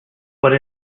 but